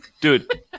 Dude